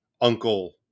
Uncle